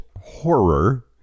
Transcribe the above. horror